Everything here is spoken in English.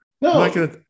No